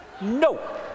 No